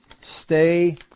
Stay